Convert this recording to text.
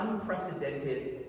unprecedented